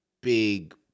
Big